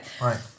Right